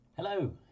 Hello